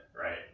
right